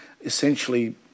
essentially